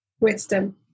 wisdom